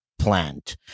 plant